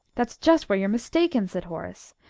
that's just where you're mistaken, said horace.